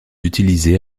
utilisé